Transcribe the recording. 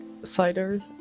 ciders